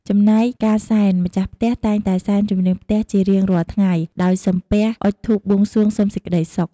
ចំណែកការសែន ម្ចាស់ផ្ទះតែងតែសែនជំនាងផ្ទះជារៀងរាល់ថ្ងៃដោយសំពះអុជធូបបួងសួងសុំសេចក្ដីសុខ។